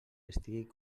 estiga